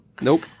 Nope